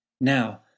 Now